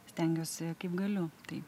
stengiuosi kaip galiu tai